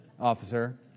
officer